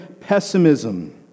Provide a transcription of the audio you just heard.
pessimism